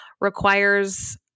requires